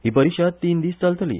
ही परिशद तीन दीस चलतली